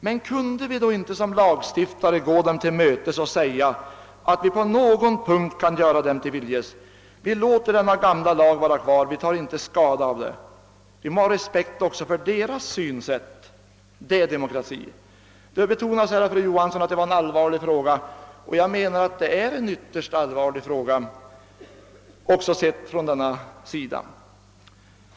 Men kunde vi då inte som lagstiftare gå dem till mötes och säga, att vi på någon punkt kan göra dem till viljes och låta denna gamla lag vara kvar? Vi tar inte skada av det. Vi må också ha respekt för deras synsätt; det är demokrati. Fru Johansson betonade att det är en allvarlig fråga, och jag menar att den är ytterst allvarlig även från denna synpunkt.